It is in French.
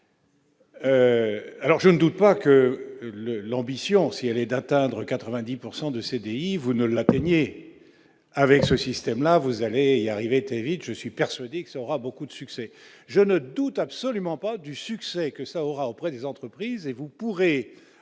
Alors je ne doute pas que le l'ambition aller d'un tendre 90 pourcent de de CDI, vous ne l'accompagner avec ce système-là, vous allez-y arriver était vite, je suis persuadé que ça aura beaucoup de succès, je ne doute absolument pas du succès que ça aura auprès des entreprises, et vous pourrez